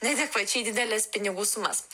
neadekvačiai dideles pinigų sumas